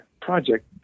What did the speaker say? project